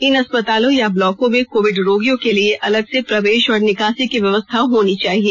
इन अस्पतालों या ब्लॉकों में कोविड रोगियों के लिए अलग से प्रवेश और निकासी की व्यवस्था होनी चाहिए